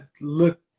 look